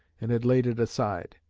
and had laid it aside.